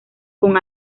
con